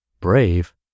brave